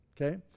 Okay